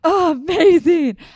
amazing